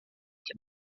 que